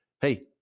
hey